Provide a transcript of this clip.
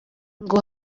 ngo